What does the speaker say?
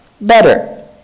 better